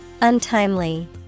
Untimely